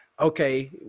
Okay